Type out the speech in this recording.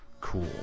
cool